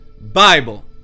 Bible